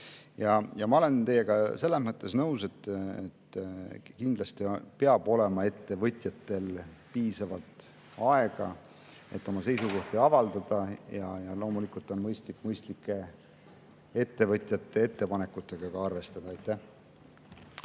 Ma olen teiega selles mõttes nõus, et kindlasti peab olema ettevõtjatel piisavalt aega, et oma seisukohti avaldada, ja loomulikult on mõistlik ettevõtjate mõistlike ettepanekutega ka arvestada. Aitäh